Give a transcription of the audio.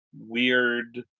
weird